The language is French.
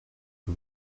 que